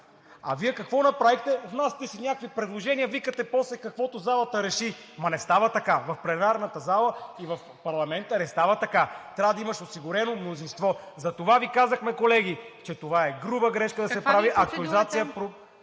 А Вие какво направихте? Внасяте си някакви предложения, викате после: каквото залата реши. Ама не става така. В пленарната зала и парламента не става така. Трябва да имаш осигурено мнозинство. Затова Ви казахме, колеги, че това е груба грешка – да се прави актуализация